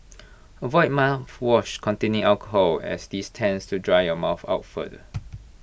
avoid mouthwash containing alcohol as this tends to dry your mouth out further